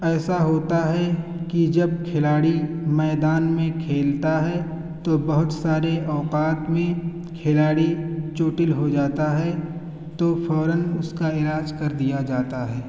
ایسا ہوتا ہے کہ جب کھلاڑی میدان میں کھیلتا ہے تو بہت سارے اوقات میں کھلاڑی چوٹل ہو جاتا ہے تو فوراً اس کا علاج کر دیا جاتا ہے